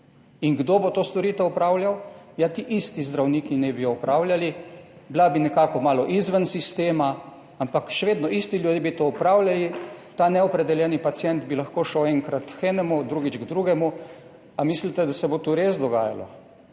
bo to storitev opravljal? Ja, ti isti zdravniki naj bi jo opravljali, bila bi nekako malo izven sistema, ampak še vedno, isti ljudje bi to opravljali, ta neopredeljeni pacient bi lahko šel enkrat k enemu, drugič k drugemu. A mislite, da se bo to res dogajalo?